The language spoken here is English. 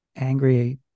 angry